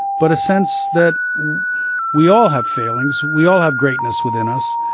but a sense that we all have failings, we all have greatness within us.